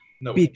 No